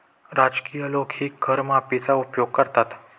राजकीय लोकही कर माफीचा उपयोग करतात